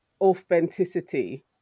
authenticity